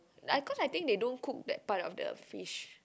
like cause I think they don't cook that part of the fish